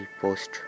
post